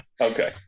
okay